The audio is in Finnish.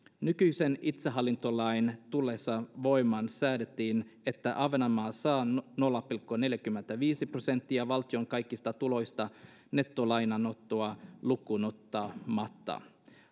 nykyisen itsehallintolain tullessa voimaan säädettiin että ahvenanmaa saa nolla pilkku neljäkymmentäviisi prosenttia valtion kaikista tuloista nettolainanottoa lukuunottamatta